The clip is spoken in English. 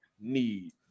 need